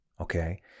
okay